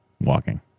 walking